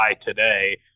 today